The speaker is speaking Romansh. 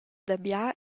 dabia